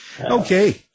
Okay